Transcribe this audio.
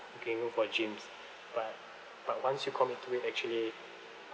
you can go for gyms but but once you commit to it actually